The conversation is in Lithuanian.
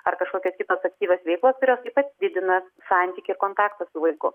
ar kažkokios kitos aktyvios veiklos kurios taip pat didina santykį ir kontaktą su vaiku